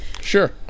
Sure